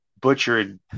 butchered